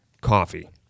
Coffee